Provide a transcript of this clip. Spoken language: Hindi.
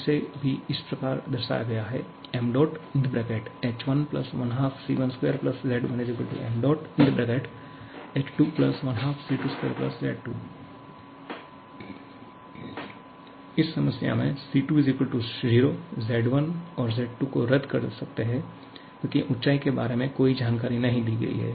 इसे भी इस प्रकार दर्शाया गया है इस समस्या में C2 0 Z1 और Z2 को रद्द कर सकते हैं क्योंकि ऊंचाई के बारे में कोई जानकारी नहीं दी गई है